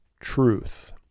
truth